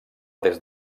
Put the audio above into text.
des